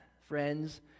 friends